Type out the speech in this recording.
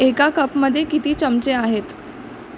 एका कपमध्ये किती चमचे आहेत